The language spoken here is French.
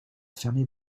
fermer